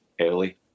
early